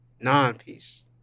non-peace